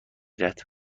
بیاورد